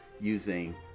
using